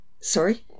Sorry